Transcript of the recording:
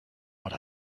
what